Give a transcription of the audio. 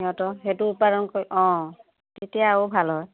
সিহঁতৰ সেইটো উৎপাৰাদন কৰি অঁ তেতিয়া আউ ভাল হয়